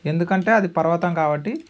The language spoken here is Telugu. ఎందుకంటే అది పర్వతం కాబట్టి